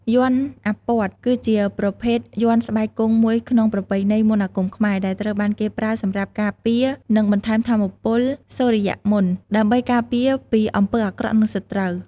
យ័ន្តអាព័ទ្ធ គឺជាប្រភេទមន្តស្បែកគង់មួយក្នុងប្រពៃណីមន្តអាគមខ្មែរ ដែលត្រូវបានគេប្រើសម្រាប់ការពារ និងបង្កើតថាមពលសុរិយមន្ត ដើម្បីការពារពីអំពើអាក្រក់ និងសត្រូវ។